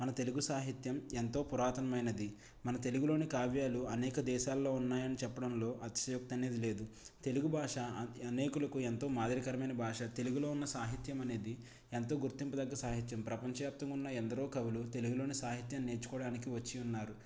మన తెలుగు సాహిత్యం ఎంతో పురాతనమైనది మన తెలుగులోని కావ్యాలు అనేక దేశాల్లో ఉన్నాయని చెప్పడంలో అతిశయోక్తి అనేది లేదు తెలుగు భాష అనేకులకు ఎంతో మాదిరికరమైన భాష తెలుగులో ఉన్న సాహిత్యం అనేది ఎంతో గుర్తింపు తగ్గ సాహిత్యం ప్రపంచ వ్యాప్తంగా ఉన్న ఎందరో కవులు తెలుగులోని సాహిత్యం నేర్చుకోవడానికి వచ్చి ఉన్నారు